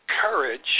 courage